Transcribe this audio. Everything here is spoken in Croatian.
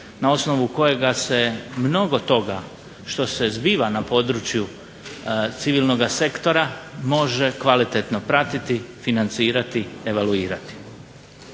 na osnovu kojega se mnogo toga što se zbiva na području civilnog sektora može kvalitetno pratiti, financirati, evaluirati.